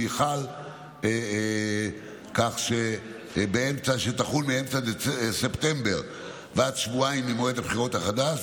חל כך שתחול מאמצע ספטמבר ועד שבועיים ממועד הבחירות החדש,